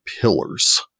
pillars